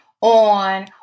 on